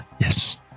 Yes